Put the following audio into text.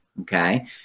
Okay